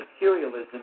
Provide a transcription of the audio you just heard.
materialism